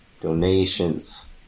Donations